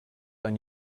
ein